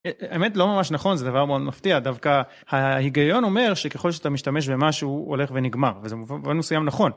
האמת לא ממש נכון, זה דבר מאוד מפתיע. דווקא ההיגיון אומר שככל שאתה משתמש במה שהוא, הוא הולך ונגמר וזה מובן מסוים נכון.